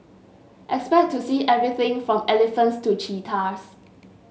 expect to see everything from elephants to cheetahs